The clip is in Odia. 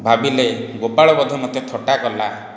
ଭାବିଲେ ଗୋପାଳ ବୋଧେ ମୋତେ ଥଟ୍ଟା କଲା